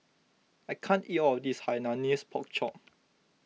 I can't eat all of this Hainanese Pork Chop